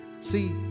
see